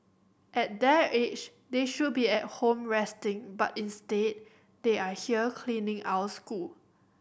at their age they should be at home resting but instead they are here cleaning our school